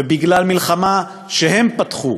ובגלל מלחמה שהם פתחו